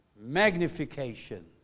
magnification